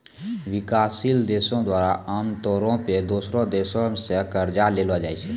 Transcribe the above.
विकासशील देशो द्वारा आमतौरो पे दोसरो देशो से कर्जा लेलो जाय छै